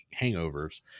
hangovers